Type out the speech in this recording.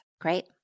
Great